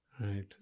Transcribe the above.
Right